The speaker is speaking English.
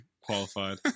qualified